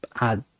add